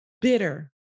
bitter